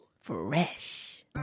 Fresh